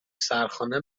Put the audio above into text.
سرخانه